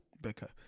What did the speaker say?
becca